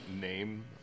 name